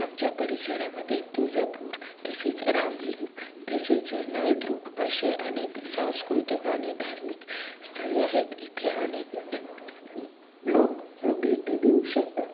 आमच्या परिसरामध्ये तुळजापूर तसेच रामलिंग तसेच नळदुर्ग असे अनेक सांस्कृतिक आणि धार्मिक स्थळे आहेत येथे अनेक लोक भेटी देऊ शकतात